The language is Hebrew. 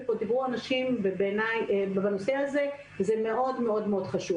נושא שהוא מאוד מאוד חשוב.